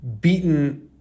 beaten